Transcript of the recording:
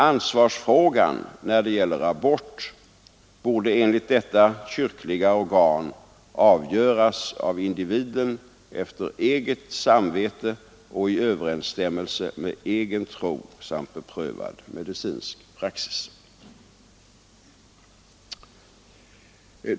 Ansvarsfrågan när det gäller abort borde enligt detta kyrkliga organ avgöras av individen efter eget samvete och i överensstäm melse med egen tro samt beprövad medicinsk praxis.